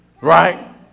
right